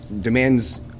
demands –